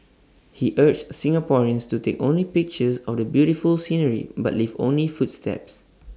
he urged Singaporeans to take only pictures of the beautiful scenery but leave only footsteps